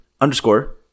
underscore